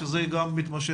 שזה גם מתמשך,